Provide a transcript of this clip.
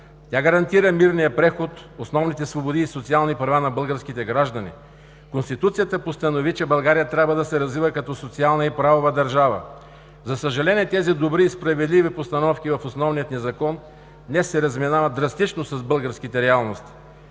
Тя гарантира мирния преход, основните свободи и социални права на българските граждани. Конституцията постанови, че България трябва да се развива като социална и правова държава. За съжаление тези добри и справедливи постановки в Основния ни закон днес се разминават драстично с българските реалности.